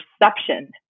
perception